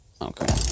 Okay